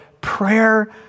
prayer